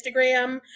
instagram